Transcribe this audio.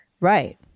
right